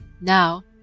Now